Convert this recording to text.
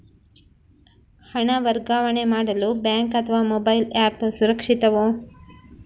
ಹಣ ವರ್ಗಾವಣೆ ಮಾಡಲು ಬ್ಯಾಂಕ್ ಅಥವಾ ಮೋಬೈಲ್ ಆ್ಯಪ್ ಸುರಕ್ಷಿತವೋ?